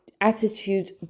attitude